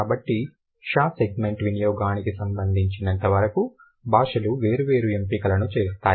కాబట్టి ష సెగ్మెంట్ వినియోగానికి సంబంధించినంత వరకు భాషలు వేర్వేరు ఎంపికలను చేస్తాయి